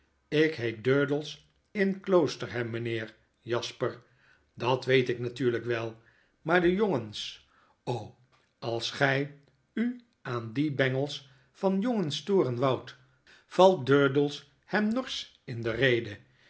jk heet durdels in kloosterham mijnheer jasper dat weet ik natuurlijk wel maar de jongens als gij u aan die bengels van jongens storen woudt valt durdels hem norsch in de rede